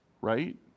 right